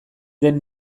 den